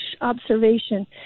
observation